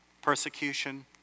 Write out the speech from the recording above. persecution